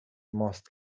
ماست